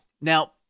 Now